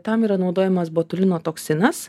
tam yra naudojamas botulino toksinas